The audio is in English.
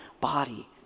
body